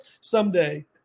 someday